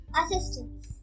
assistance